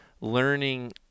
learning